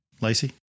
Lacey